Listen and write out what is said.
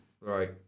Right